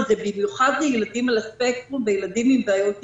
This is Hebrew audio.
זה במיוחד לילדים על הספקטרום וילדים עם בעיות התנהגות.